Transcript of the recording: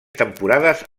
temporades